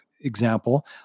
example